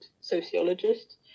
sociologist